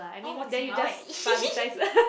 oh 我起毛 eh